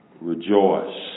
rejoice